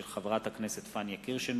מאת חברת הכנסת פניה קירשנבאום,